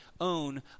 own